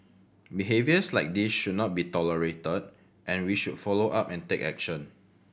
behaviours like this should not be tolerated and we should follow up and take action